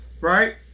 Right